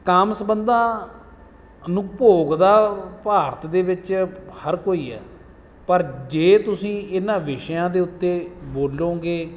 ਕਾਮ ਸੰਬੰਧਾਂ ਨੂੰ ਭੋਗਦਾ ਭਾਰਤ ਦੇ ਵਿੱਚ ਹਰ ਕੋਈ ਹੈ ਪਰ ਜੇ ਤੁਸੀਂ ਇਹਨਾਂ ਵਿਸ਼ਿਆਂ ਦੇ ਉੱਤੇ ਬੋਲੋਗੇ